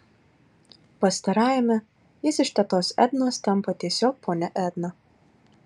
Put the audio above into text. pastarajame jis iš tetos ednos tampa tiesiog ponia edna